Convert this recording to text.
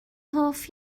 hoff